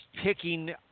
picking